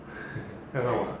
漂亮 mah